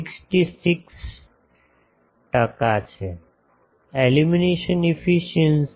66 ટકા છે illumination efficiency